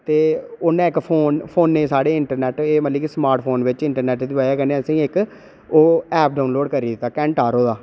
उ'नैं इक फोन फोनै साढ़े इंटरनैट मतलब स्मार्ट फोन बिच इंटरनैट लोआया इक ओह् ऐप डाऊनलोड करी दित्ता ्